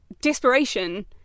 desperation